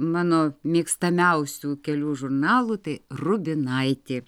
mano mėgstamiausių kelių žurnalų tai rubinaitį